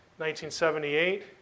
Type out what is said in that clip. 1978